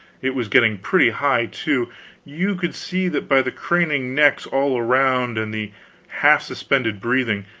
it was getting pretty high, too you could see that by the craning necks all around, and the half-suspended breathing.